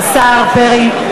השר פרי.